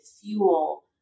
fuel